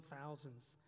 thousands